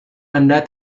anda